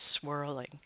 swirling